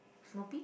Snoopy